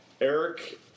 Eric